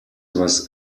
was